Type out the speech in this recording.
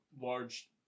large